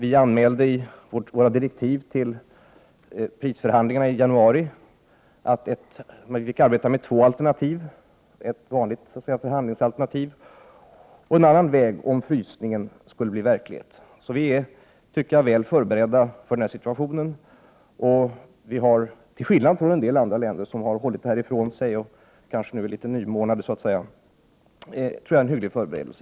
I direktiv till prisförhandlingarna i januari anmälde vi att man fick arbeta med två alternativ, dels ett ”vanligt” förhandlingsalternativ, dels ett annat alternativ om frysningen skulle bli verklighet. Andra länder har däremot hållit detta ifrån sig och är nu kanske litet nymornade.